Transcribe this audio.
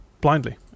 blindly